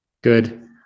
good